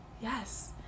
yes